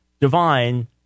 divine